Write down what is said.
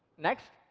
next,